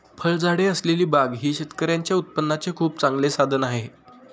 फळझाडे असलेली बाग ही शेतकऱ्यांच्या उत्पन्नाचे खूप चांगले साधन आहे